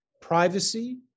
privacy